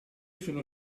sono